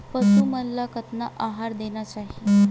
पशु मन ला कतना आहार देना चाही?